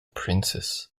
princes